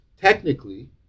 technically